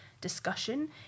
discussion